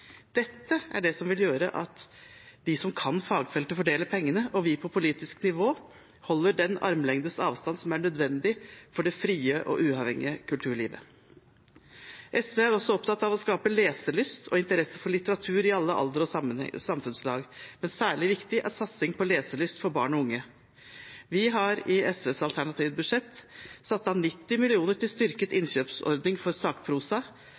Dette er det som vil gjøre at de som kan fagfeltet, fordeler pengene, og at vi på politisk nivå holder den armlengdes avstand som er nødvendig for det frie og uavhengige kulturlivet. SV er også opptatt av å skape leselyst og interesse for litteratur i alle aldre og samfunnslag. Særlig viktig er satsing på leselyst for barn og unge. I SVs alternative budsjett har vi satt av 90 mill. kr til styrket innkjøpsordning for sakprosa,